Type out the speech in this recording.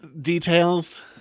details